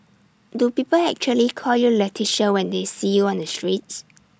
do people actually call you Leticia when they see you on the streets